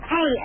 Hey